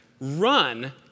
Run